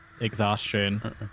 exhaustion